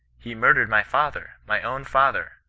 he murdered my father, my own father!